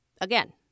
Again